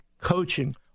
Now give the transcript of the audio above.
coaching